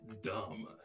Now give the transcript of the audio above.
dumb